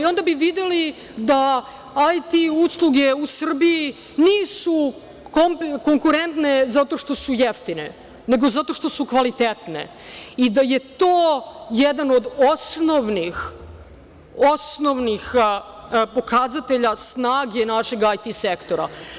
Onda bi videli da IT usluge u Srbiji nisu konkurentne zato što su jeftine, nego zato što su kvalitetne, i da je to jedan od osnovnih, osnovnih pokazatelja snage našeg IT sektora.